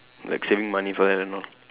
like saving money for that and all